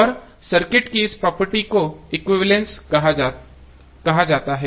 और सर्किट की इस प्रॉपर्टी को एक्विवैलेन्स कहा जाता है